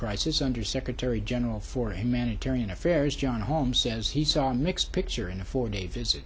crisis under secretary general for humanitarian affairs john holmes says he saw a mixed picture in a four day vis